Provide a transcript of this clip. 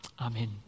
Amen